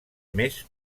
més